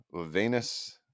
Venus